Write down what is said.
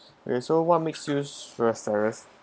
okay so what makes you stressed cyrus